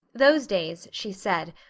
those days, she said,